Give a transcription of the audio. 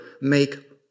make